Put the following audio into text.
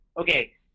okay